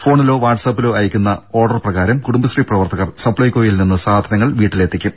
ഫോണിലോ വാട്സാപ്പിലോ അയക്കുന്ന ഓർഡർ പ്രകാരം കുടുംബശ്രീ പ്രവർത്തകർ സപ്പൈക്കോയിൽനിന്ന് സാധനങ്ങൾ വീട്ടിലെത്തിക്കും